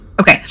Okay